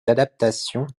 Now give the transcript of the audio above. adaptations